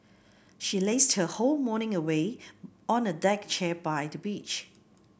she lazed her whole morning away on a deck chair by the beach